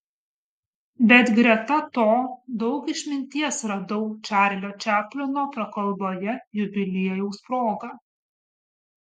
bet greta to daug išminties radau čarlio čaplino prakalboje jubiliejaus proga